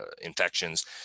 infections